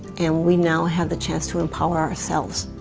and we now have the chance to empower ourselves.